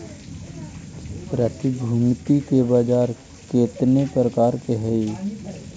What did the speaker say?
प्रतिभूति के बाजार केतने प्रकार के हइ?